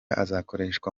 akazakoreshwa